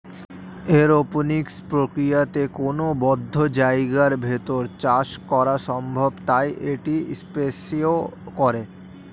aeroponics প্রক্রিয়াতে কোনো বদ্ধ জায়গার ভেতর চাষ করা সম্ভব তাই এটি স্পেসেও করে